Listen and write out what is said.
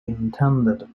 intended